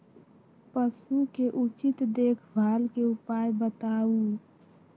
पशु के उचित देखभाल के उपाय बताऊ?